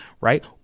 right